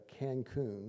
Cancun